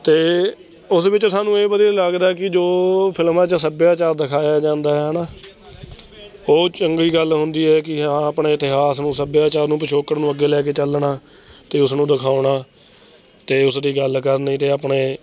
ਅਤੇ ਉਸ ਵਿੱਚ ਸਾਨੂੰ ਇਹ ਵਧੀਆ ਲੱਗਦਾ ਕਿ ਜੋ ਫਿਲਮਾਂ 'ਚ ਸੱਭਿਆਚਾਰ ਦਿਖਾਇਆ ਜਾਂਦਾ ਹੈ ਨਾ ਉਹ ਚੰਗੀ ਗੱਲ ਹੁੰਦੀ ਹੈ ਕਿ ਹਾਂ ਆਪਣੇ ਇਤਿਹਾਸ ਨੂੰ ਸੱਭਿਆਚਾਰ ਨੂੰ ਪਿਛੋਕੜ ਨੂੰ ਅੱਗੇ ਲੈ ਕੇ ਚੱਲਣਾ ਅਤੇ ਉਸਨੂੰ ਦਿਖਾਉਣਾ ਅਤੇ ਉਸ ਦੀ ਗੱਲ ਕਰਨੀ ਅਤੇ ਆਪਣੇ